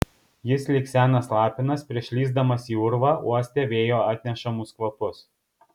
jis lyg senas lapinas prieš lįsdamas į urvą uostė vėjo atnešamus kvapus